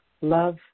Love